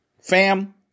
Fam